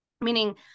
meaning